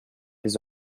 his